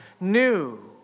new